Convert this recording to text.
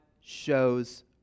shows